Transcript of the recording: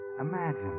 Imagine